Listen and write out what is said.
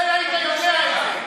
אולי היית יודע את זה,